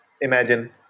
imagine